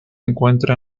encuentra